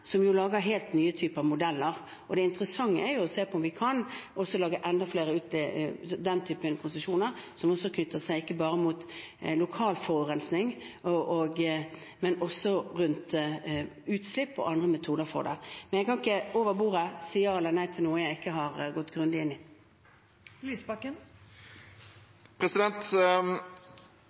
som jo lager helt nye typer modeller. Det interessante er å se på om vi også kan lage enda flere av den typen konsesjoner som er knyttet til ikke bare lokal forurensing, men også til utslipp og andre metoder for det. Men jeg kan ikke over bordet si ja eller nei til noe jeg ikke har gått grundig inn